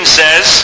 says